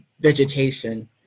vegetation